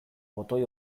botoi